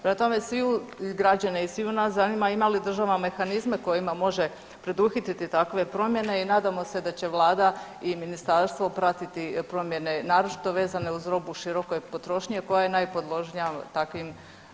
Prema tome, sviju građane i sviju nas zanima ima li država mehanizme kojima može preduhitriti takve promjene i nadamo se da će vlada i ministarstvo pratiti promjene naročito vezane uz robu široke potrošnje koja je najpodložnija takvim aktivnostima.